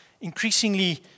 increasingly